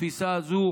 התפיסה הזו,